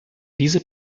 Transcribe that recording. diese